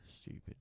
stupid